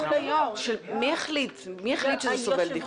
מי יחליט שזה סובל דיחוי?